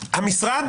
השר.